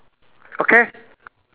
okay